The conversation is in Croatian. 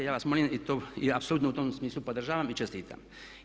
Ja vas molim i apsolutno u tom smislu podržavam i čestitam.